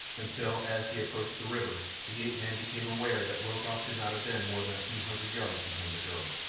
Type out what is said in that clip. until as he approached the river the ape-man became aware that rokoff could not have been more than a few hundred yards behind the girl.